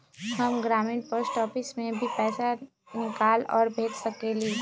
हम ग्रामीण post office से भी पैसा निकाल और भेज सकेली?